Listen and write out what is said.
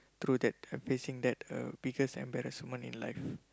through that uh facing that uh biggest embarrassment in life